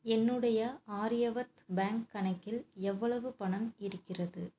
என்னுடைய ஆரியவர்த் பேங்க் கணக்கில் எவ்வளவு பணம் இருக்கிறது